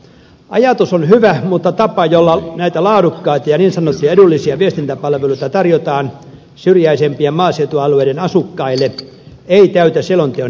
ajatus on hyvä mutta tapa jolla näitä laadukkaita ja niin sanottuja edullisia viestintäpalveluita tarjotaan syrjäisempien maaseutualueiden asukkaille ei täytä selonteon henkeä